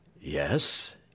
Yes